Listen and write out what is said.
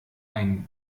ein